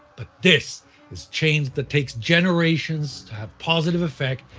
but this is change that takes generations to have positive effect,